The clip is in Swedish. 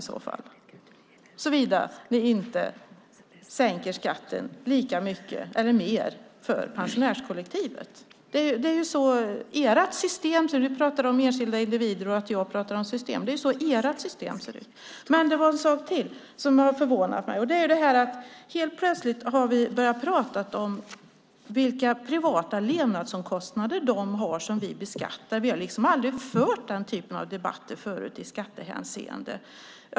Det gäller såvida ni inte sänker skatten lika mycket eller mer för pensionärskollektivet. Ni säger att ni talar om enskilda individer och att jag talar om system. Men det är så ert system ser ut. Det är en sak till som har förvånat mig. Helt plötsligt har vi börjat tala om vilka privata levnadsomkostnader de har som vi beskattar. Vi har aldrig fört den typen av debatter förut i skattehänseende.